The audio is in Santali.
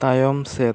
ᱛᱟᱭᱚᱢ ᱥᱮᱫ